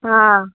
हां आं